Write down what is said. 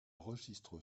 registre